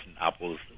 apples